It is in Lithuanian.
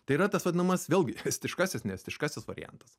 tai yra tas vadinamas vėlgi estiškasis ne estiškasis variantas